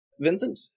Vincent